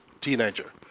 teenager